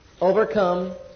overcome